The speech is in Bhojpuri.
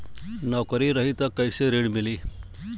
नौकरी रही त कैसे ऋण मिली?